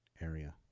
area